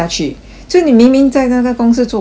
所以你明明在那个公司做工好吗